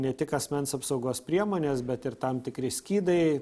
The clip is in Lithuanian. ne tik asmens apsaugos priemonės bet ir tam tikri skydai